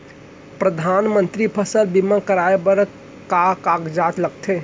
परधानमंतरी फसल बीमा कराये बर का का कागजात लगथे?